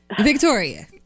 Victoria